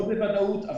לא בוודאות.